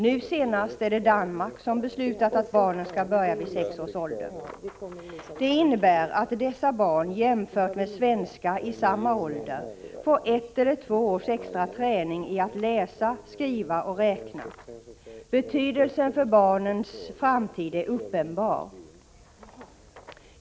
Nu senast är det Danmark som beslutat att barnen skall börja skolan vid sex års ålder. Det innebär att dessa barn jämfört med svenska barn i samma ålder får ett eller två års extra träning i att läsa, skriva och räkna. Betydelsen för barnens framtid är uppenbar.